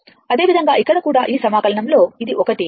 అదేవిధంగా ఇక్కడ కూడా ఈ సమాకలనం లో ఇది ఒకటి ω T 2πω కు సమానం